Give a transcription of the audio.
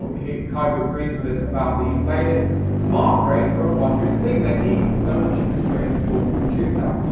ah khyber agrees with us about the playlists. smart crates are a wondrous thing. they ease so much of the strain of sorting your tunes out.